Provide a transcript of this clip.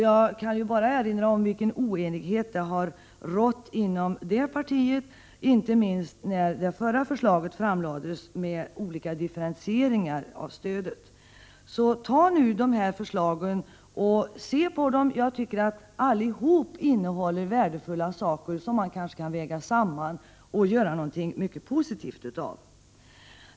Jag kan erinra om den oenighet som rått inom det socialdemokratiska partiet, inte minst när det förra förslaget framlades med olika differentieringar av stödet. Så se nu på dessa förslag. Jag tycker att alla innehåller värdefulla saker som man kan väga samman och göra någonting mycket positivt av.